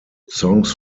songs